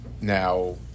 Now